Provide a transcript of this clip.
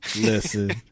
listen